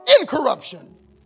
incorruption